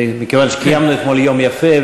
מכיוון שקיימנו אתמול יום יפה,